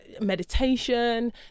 meditation